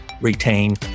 retain